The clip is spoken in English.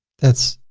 that's.